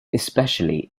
especially